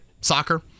soccer